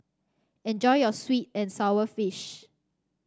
enjoy your sweet and sour fish